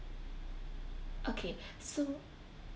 okay so